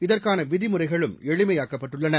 இதற்கான விதிமுறைகளும் எளிமையாக்கப்பட்டுள்ளன